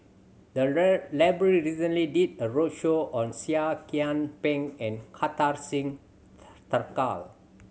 the library recently did a roadshow on Seah Kian Peng and Kartar Singh Thakral